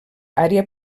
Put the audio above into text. àrea